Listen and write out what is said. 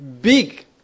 big